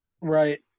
Right